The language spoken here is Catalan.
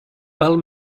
val